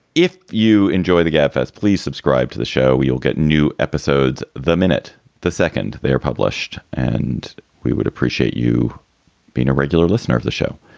if you enjoy the gabfests, please subscribe to the show. you'll get new episodes the minute the second they are published. and we would appreciate you being a regular listener of the show